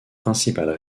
principales